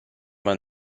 man